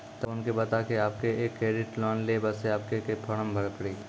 तब उनके बता के आपके के एक क्रेडिट लोन ले बसे आपके के फॉर्म भरी पड़ी?